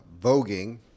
voguing